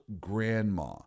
grandma